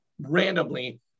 randomly